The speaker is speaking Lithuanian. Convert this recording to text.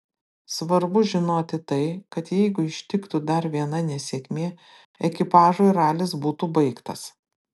svarbu žinoti tai kad jeigu ištiktų dar viena nesėkmė ekipažui ralis būtų baigtas